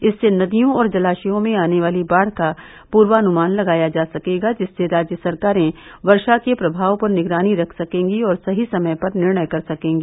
इससे नदियों और जलाशयों में आने वाली बाढ़ का पूर्वानुमान लगाया जा सकेगा जिससे राज्य सरकारें वर्षा के प्रभाव पर निगरानी रख सकेंगी और सही समय पर निर्णय कर सकेंगी